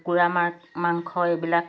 কুকুৰা মা মাংস এইবিলাক